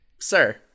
sir